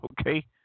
Okay